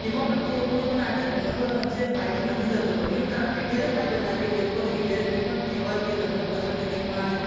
તેમાં પણ તે લોકોને પણ આજે ઘણો બધા અંશે ફાયદો નથી થતો હોતો એનું કારણ છે કે ક્યારે ફાયદો થાય છે કે એ લોકોને જ્યારે કોઈપણ તહેવાર કે લગ્નપ્રસંગ કે કંઈ પણ આવે